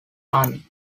army